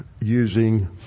using